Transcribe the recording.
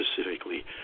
specifically